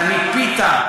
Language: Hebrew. אתה ניפית,